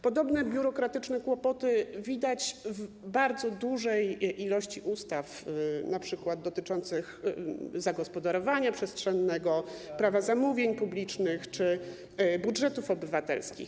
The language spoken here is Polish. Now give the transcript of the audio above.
Podobne biurokratyczne kłopoty widać w bardzo dużej ilości ustaw, np. dotyczących zagospodarowania przestrzennego, prawa zamówień publicznych czy budżetów obywatelskich.